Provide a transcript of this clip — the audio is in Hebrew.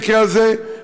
במקרה הזה,